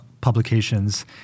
publications